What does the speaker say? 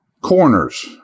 Corners